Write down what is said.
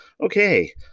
Okay